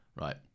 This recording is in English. right